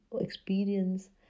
experience